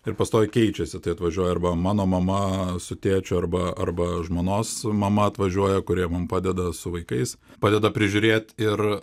ir pastoviai keičiasi tai atvažiuoja arba mano mama su tėčiu arba arba žmonos mama atvažiuoja kurie mum padeda su vaikais padeda prižiūrėt ir